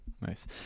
nice